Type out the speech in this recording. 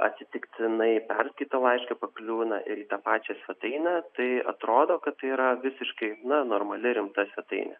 atsitiktinai perskaito laišką pakliūna ir į tą pačią svetainę tai atrodo kad tai yra visiškai na normali rimta situacija